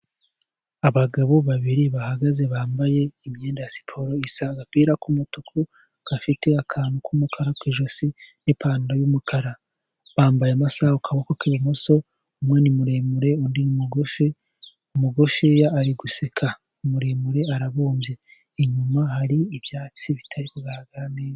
Abagabo babiri bahagaze, bambaye imyenda ya siporo isa n’agapira k’umutuku gafite akantu k’umukara ku ijosi, n’ipantaro y’umukara. Bambaye amasaha ku kaboko k'ibumoso. Umwe ni muremure, undi mugufi; umugufi ari guseka, umuremure arabumbye. Inyuma hari ibyatsi bitari kugaragara neza.